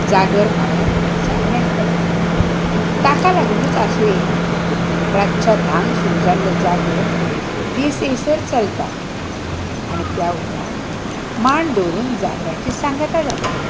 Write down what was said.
जागर म्हणल्यार जागरण करप ताका लागुनूच आसुयें रातच्या धांक सुरू जाल्लो जागर दीस येयसर चलता आनी त्या उपरान माण दवरून जागराची सांगता जाता